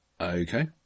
Okay